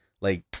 like-